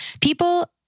people